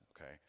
okay